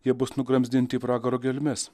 jie bus nugramzdinti į pragaro gelmes